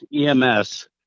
EMS